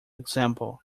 example